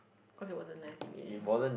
cause it wasn't nice in the end